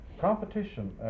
Competition